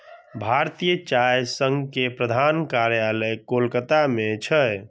भारतीय चाय संघ के प्रधान कार्यालय कोलकाता मे छै